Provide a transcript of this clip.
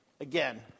Again